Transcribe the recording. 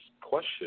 question